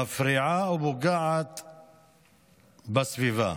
מפריעה ופוגעת בסביבה.